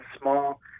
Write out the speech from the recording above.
small